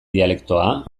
dialektoa